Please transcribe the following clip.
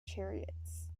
chariots